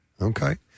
Okay